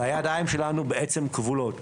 והידיים שלנו בעצם כבולות.